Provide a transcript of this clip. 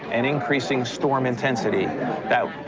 and increasing storm intensity that,